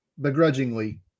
begrudgingly